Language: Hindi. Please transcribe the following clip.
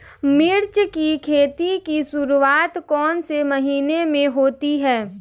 मिर्च की खेती की शुरूआत कौन से महीने में होती है?